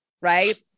right